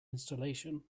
installation